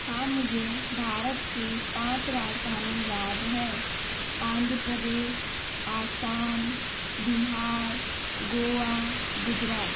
हाँ मुझे भारत की पाँच राजधानी याद है आंध्र प्रदेश आसाम बिहार गोवा गुजरात